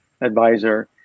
Advisor